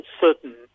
certain